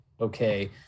okay